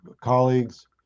colleagues